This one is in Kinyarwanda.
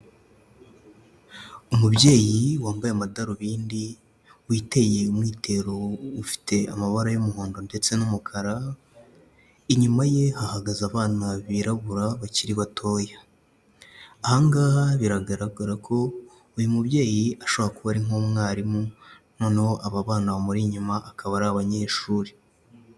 Umubyeyi wambaye amadarubindi witeye umwitero ufite amabara y'umuhondo ndetse n'umukara, inyuma ye hagaze abana birabura bakiri batoya, aha ngaha biragaragara ko uyu mubyeyi ashobora kuba ari nk'umwarimu noneho aba bana bamuri inyuma akaba ari abanyeshuri.